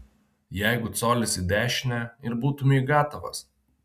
jeigu colis į dešinę ir būtumei gatavas